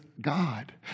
God